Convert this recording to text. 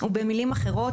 הוא במילים אחרות,